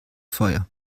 feuer